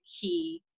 key